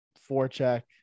four-check